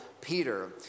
Peter